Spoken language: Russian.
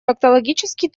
фактологический